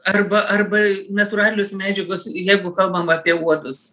arba arba natūralios medžiagos jeigu kalbam apie uodus